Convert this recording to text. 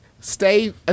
stay